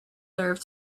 serve